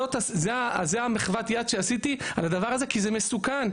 זאת מחוות היד שעשיתי על הדבר הזה, כי זה מסוכן.